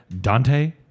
Dante